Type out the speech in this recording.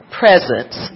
presence